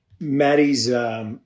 Maddie's